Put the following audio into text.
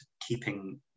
keeping